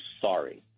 sorry